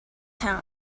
town